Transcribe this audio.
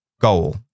goal